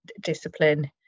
discipline